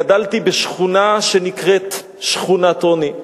גדלתי בשכונה שנקראת שכונת עוני,